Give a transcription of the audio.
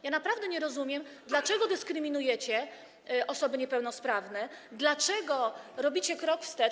Ja naprawdę nie rozumiem, dlaczego dyskryminujecie osoby niepełnosprawne, dlaczego robicie krok wstecz.